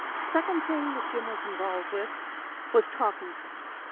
second thing that jim was involved with was talking points,